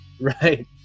right